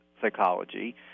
psychology